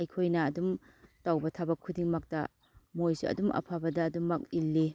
ꯑꯩꯈꯣꯏꯅ ꯑꯗꯨꯝ ꯇꯧꯕ ꯊꯕꯛ ꯈꯨꯗꯤꯡꯃꯛꯇ ꯃꯣꯏꯁꯨ ꯑꯗꯨꯝ ꯑꯐꯕꯗ ꯑꯗꯨꯃꯛ ꯏꯜꯂꯤ